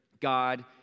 God